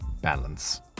balance